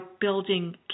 building